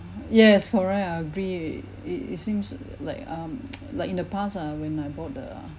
yes correct I agree it it it seems like um like in the past ah when I bought the